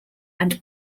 and